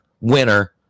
winner